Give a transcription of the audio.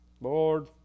Lord